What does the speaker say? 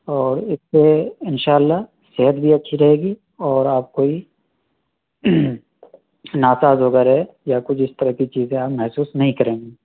اور اس سے ان شاء اللہ صحت بھی اچھی رہے گی اور آپ کوئی ناساز وغیرہ یا کچھ اس طرح کی چیزیں آپ محسوس نہیں کریں گے